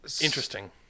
interesting